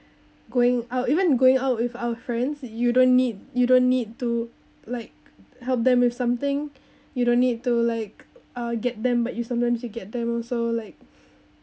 going out even going out with our friends you don't need you don't need to like help them with something you don't need to like I'll get them but you sometimes you get them also like